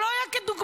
שלא היה כדוגמתו,